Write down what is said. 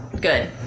good